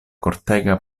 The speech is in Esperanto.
kortega